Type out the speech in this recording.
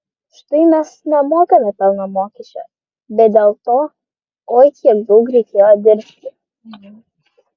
štai mes nemokame pelno mokesčio bet dėl to oi kiek daug reikėjo dirbti